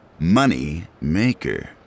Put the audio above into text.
Moneymaker